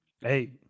Hey